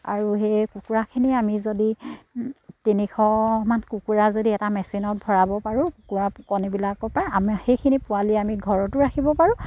আৰু সেই কুকুৰাখিনি আমি যদি তিনিশমান কুকুৰা যদি এটা মেচিনত ভৰাব পাৰোঁ কুকুৰা কণীবিলাকৰপৰা আমি সেইখিনি পোৱালি আমি ঘৰতো ৰাখিব পাৰোঁ